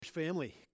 family